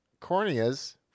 corneas-